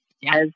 Yes